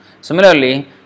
Similarly